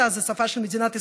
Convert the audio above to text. זו השפה של מדינת ישראל,